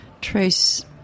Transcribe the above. trace